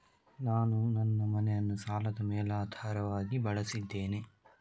ನಾನು ನನ್ನ ಮನೆಯನ್ನು ಸಾಲದ ಮೇಲಾಧಾರವಾಗಿ ಬಳಸಿದ್ದೇನೆ